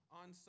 on